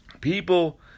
people